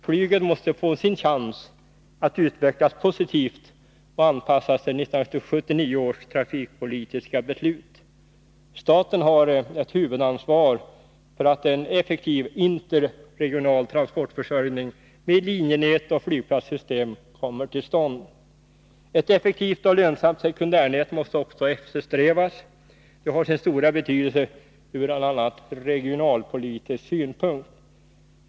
Flyget måste få sin chans att utvecklas positivt och anpassas till 1979 års trafikpolitiska beslut. Staten har ett huvudansvar för att en effektiv interregional transportförsörjning med linjenät och flygplatssystem kommer till stånd. Ett effektivt och lönsamt sekundärnät måste också eftersträvas. Det har sin stora betydelse ur bl.a. regionalpolitisk synpunkt.